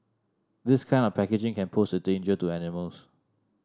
this kind of packaging can pose a danger to animals